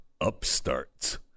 upstarts